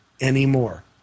anymore